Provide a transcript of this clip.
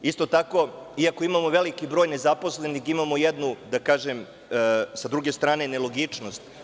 Isto tako, iako imamo veliki broj nezaposlenih, imamo jednu, s druge strane, nelogičnost.